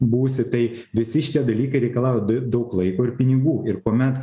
būsi tai visi šitie dalykai reikalauja daug laiko ir pinigų ir kuomet